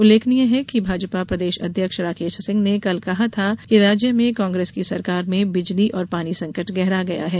उल्लेखनीय है कि भाजपा प्रदेश अध्यक्ष राकेश सिंह ने कल कहा था कि राज्य में कांग्रेस की सरकार में बिजली और पानी संकट गहरा गया है